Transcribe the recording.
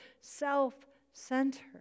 self-centered